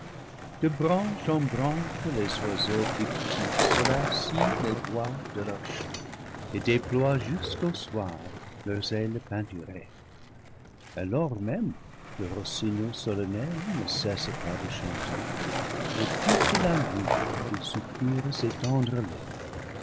de branche en branche les oiseaux plus petits solacient les bois de leur chant et déploient jusqu'au soir leurs ailes pein turées alors même le rossignol solennel ne cesse pas de chan ter mais toute la nuit il soupire ses